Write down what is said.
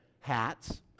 hats